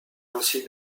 ainsi